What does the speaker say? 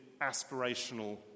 aspirational